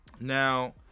Now